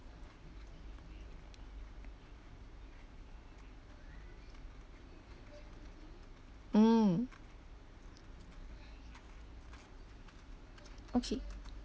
mm okay